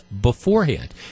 beforehand